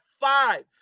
five